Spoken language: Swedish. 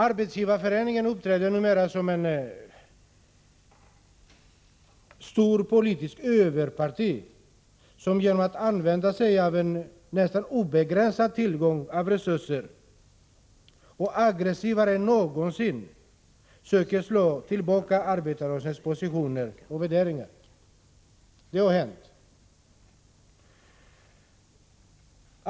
Arbetsgivareföreningen uppträder numera som ett stort politiskt överparti, som genom att utnyttja en nästan obegränsad tillgång till resurser — och aggressivare än någonsin — söker slå tillbaka arbetarrörelsens positioner och värderingar. Det har alltså hänt.